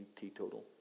teetotal